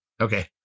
okay